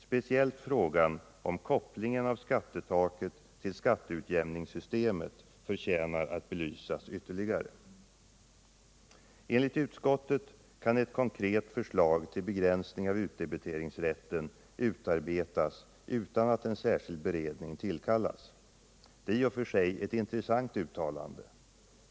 Speciellt frågan om kopplingen av skattetaket till skatteutjämningssystemet förtjänar att belysas Enligt utskottet kan ett konkret förslag till begränsning av utdebiteringsrätten utarbetas utan att en särskild beredning tillkallas. Det är i och för sig ett intressant uttalande.